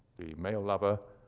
the male lover,